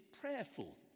prayerful